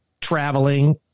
Traveling